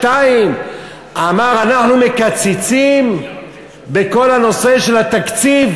ואמר: אנחנו מקצצים בכל הנושא של התקציב,